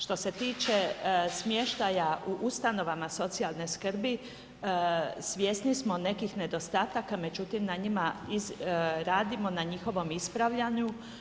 Što se tiče smještaja u ustanovama socijalne skrbi, svjesni smo nekih nedostataka, međutim na njima radimo, na njihovom ispravljanju.